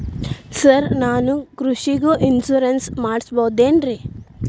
Sir ನಾನು ಕೃಷಿಗೂ insurance ಮಾಡಸಬಹುದೇನ್ರಿ?